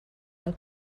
del